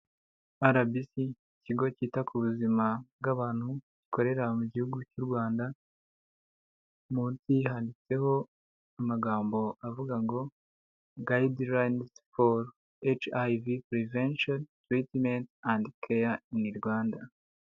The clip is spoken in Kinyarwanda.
RBC ikigo cyita ku buzima bw'abantu gikorera mu gihugu cy'u Rwanda munsi handitseho amagambo avuga ngo guidelines for HIV prevention treatment and care in in Rwanda.